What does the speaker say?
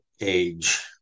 age